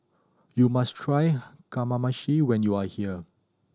you must try Kamameshi when you are here